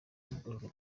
igorora